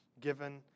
given